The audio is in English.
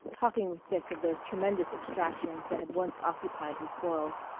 talking with dick of those tremendous abstractions that had once occupied his world.